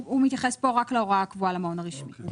הוא מתייחס רק להוראה הקבועה למעון הרשמי.